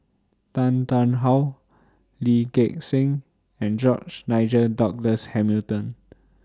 Tan Tarn How Lee Gek Seng and George Nigel Douglas Hamilton